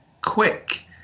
quick